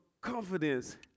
confidence